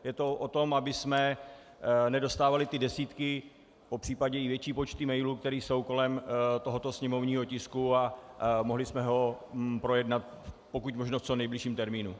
Je to o tom, abychom nedostávali ty desítky, popř. i větší počty mailů, které jsou kolem tohoto sněmovního tisku, a mohli jsme ho projednat pokud možno v co nejbližším termínu.